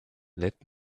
let